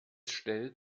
stellt